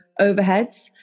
overheads